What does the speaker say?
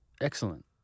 Excellent